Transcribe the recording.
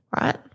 Right